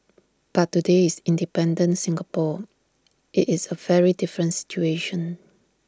but today is in independent Singapore IT is A very different situation